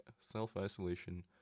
self-isolation